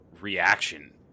reaction